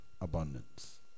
abundance